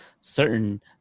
certain